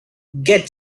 get